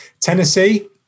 Tennessee